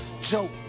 joke